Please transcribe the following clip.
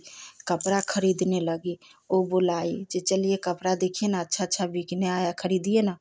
कपड़ा खरीदने लगी ओ बुलाई जे चलिए कपड़े देखिए न अच्छा अच्छा बिकने आया है खरीदिए न